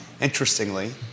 Interestingly